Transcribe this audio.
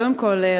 קודם כול,